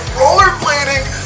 rollerblading